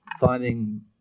finding